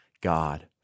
God